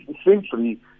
essentially